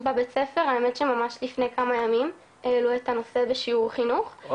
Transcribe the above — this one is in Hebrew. בבית הספר האמת שממש לפני כמה ימים העלו את הנושא בשיעור חינוך,